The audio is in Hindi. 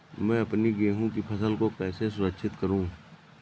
मैं अपनी गेहूँ की फसल को कैसे सुरक्षित करूँ?